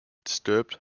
disturbed